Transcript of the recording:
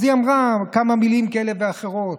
אז היא אמרה כמה מילים כאלה ואחרות.